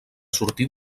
sortir